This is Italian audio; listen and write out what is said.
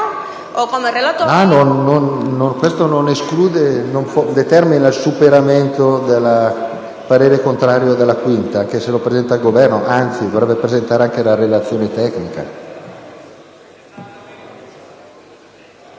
Questo non determina il superamento del parere contrario della 5ª Commissione, anche se lo presenta il Governo; anzi, dovrebbe presentare anche la relazione tecnica.